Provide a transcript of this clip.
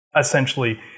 essentially